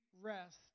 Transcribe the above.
rest